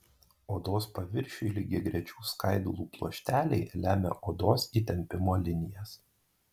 odos paviršiui lygiagrečių skaidulų pluošteliai lemia odos įtempimo linijas